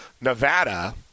Nevada